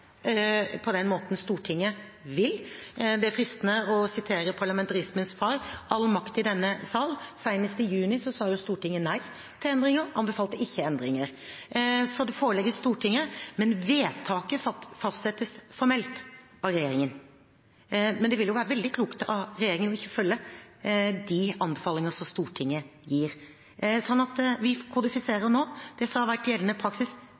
er fristende å sitere parlamentarismens far: «All makt i denne sal». Senest i juni sa jo Stortinget nei til endringer, anbefalte ikke endringer. Så det forelegges Stortinget. Vedtaket fastsettes formelt av regjeringen, men det ville være veldig uklokt av regjeringen ikke å følge de anbefalingene som Stortinget gir. Vi kodifiserer nå det som har vært gjeldende praksis